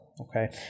okay